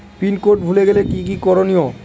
Pin code ভুলে গেলে কি কি করনিয়?